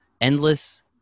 endless